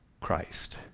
Christ